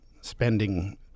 spending